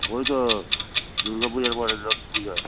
ওই তো দুর্গা পূজার পরে লক্ষ্মী পূজা